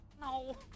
No